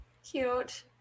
cute